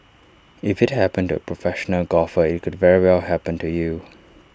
if IT happened to A professional golfer IT could very well happen to you